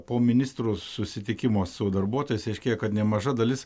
po ministro susitikimo su darbuotojais aiškėja kad nemaža dalis